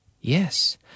Yes